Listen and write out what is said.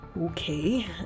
Okay